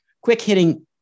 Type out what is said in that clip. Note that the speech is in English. quick-hitting